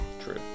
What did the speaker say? true